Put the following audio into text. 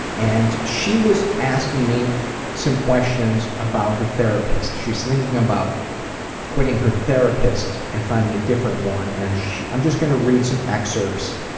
and she was asking me some questions about her therapist. she's thinking about quitting her therapist and finding a different one. and i'm just going to read some excerpts.